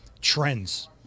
trends